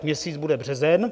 Měsíc bude březen.